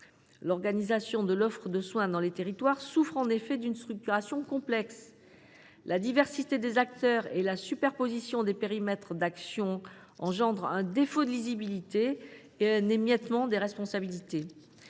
L’organisation de l’offre de soins dans les territoires souffre en effet d’une structuration complexe : la diversité des acteurs et la superposition des périmètres d’action suscitent un défaut de lisibilité et un émiettement des responsabilités.